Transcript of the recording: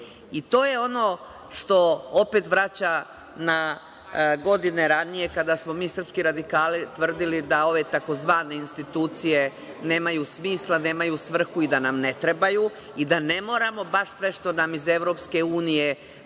I to je ono što opet vraća na ranije godine, kada smo mi, srpski radikali, tvrdili da ove tzv. institucije nemaju smisla, nemaju svrhu, da nam ne trebaju i da ne moramo baš sve što nam iz Evropske unije